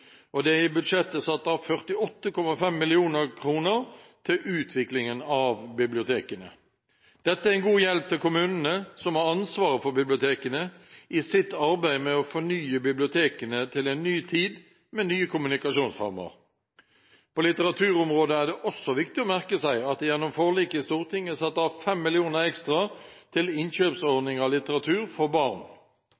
og det er i budsjettet satt av 48,5 mill. kr til utviklingen av bibliotekene. Dette er en god hjelp for kommunene, som har ansvaret for bibliotekene, i deres arbeid med å fornye bibliotekene til en ny tid med nye kommunikasjonsformer. På litteraturområdet er det også viktig å merke seg at det gjennom forliket i Stortinget er satt av 5 mill. kr ekstra til